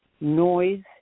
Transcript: noise